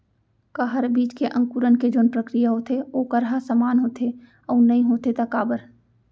का हर बीज के अंकुरण के जोन प्रक्रिया होथे वोकर ह समान होथे, अऊ नहीं होथे ता काबर?